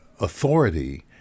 Authority